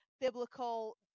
biblical